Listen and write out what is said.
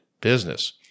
business